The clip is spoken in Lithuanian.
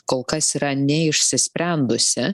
kol kas yra neišsisprendusi